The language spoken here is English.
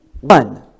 one